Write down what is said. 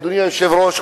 אדוני היושב-ראש,